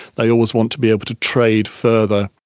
they always want to be able to trade further.